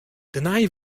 dêrnei